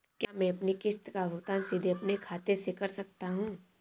क्या मैं अपनी किश्त का भुगतान सीधे अपने खाते से कर सकता हूँ?